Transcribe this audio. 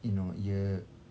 you know ia